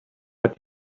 but